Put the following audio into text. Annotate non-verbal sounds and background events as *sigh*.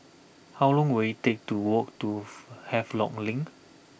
how long will it take to walk to *noise* Havelock Link